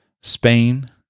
Spain